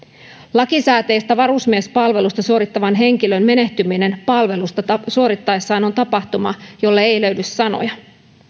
lakisääteistä varusmiespalvelusta suorittavan henkilön menehtyminen palvelusta suorittaessaan on tapahtuma jolle ei löydy sanoja